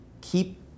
keep